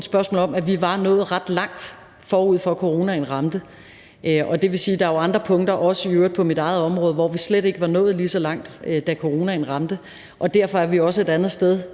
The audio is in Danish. spørgsmål om, at vi var nået ret langt, før coronaen ramte, og det vil sige, at der i øvrigt også er andre punkter på mit eget område, hvor vi slet ikke var nået så langt, da coronaen ramte, og derfor er vi også et andet sted